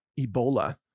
Ebola